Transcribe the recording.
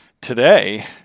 today